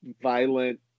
violent